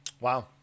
Wow